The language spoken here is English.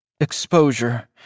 Exposure